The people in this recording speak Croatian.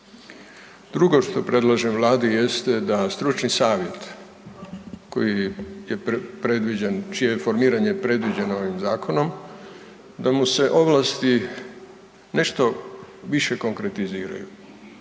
Drugo što predlažem Vladi jeste da stručni savjet koji je predviđen, čije je formiranje predviđeno ovim zakonom, a mu se ovlasti nešto više konkretiziraju.